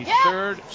third